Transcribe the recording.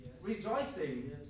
rejoicing